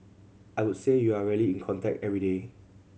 I would say you are really in contact every day